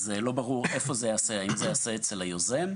לא ברור איפה זה ייעשה; האם זה ייעשה אצל היוזם?